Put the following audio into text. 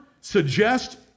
suggest